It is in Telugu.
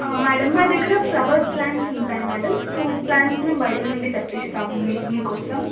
మేడం మా దగ్గర ఫ్లవర్ ప్లాంట్స్ ఉంటాయి మేడం ఫ్రూట్ ప్లాంట్స్ మేము బయట నుండి తెప్పిస్తాం మీ మీకోసం